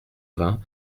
vingt